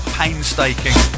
painstaking